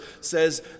says